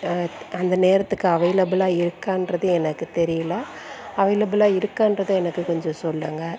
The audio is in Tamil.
அந்த நேரத்துக்கு அவைலபிளா இருக்கான்றது எனக்கு தெரியலை அவைலபிளா இருக்கான்றதை எனக்கு கொஞ்சம் சொல்லுங்கள்